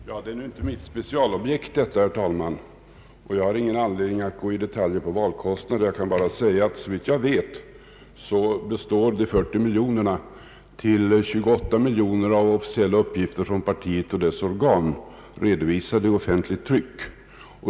Herr talman! Ja, det är nu inte mitt specialobjekt detta, och jag har ingen anledning att gå in på detaljer när det gäller valkostnader. Såvitt jag vet hänför sig 28 miljoner av de 41 miljonerna till uppgifter som partiet och dess organ redovisat i offentligt tryck.